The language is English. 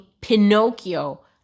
Pinocchio